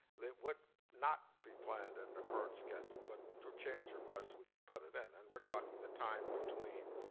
it would not be planned and in the current schedule but through change requests, we could put it in. and we are talking the time between